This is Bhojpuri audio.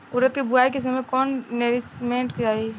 उरद के बुआई के समय कौन नौरिश्मेंट चाही?